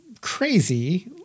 crazy